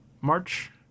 March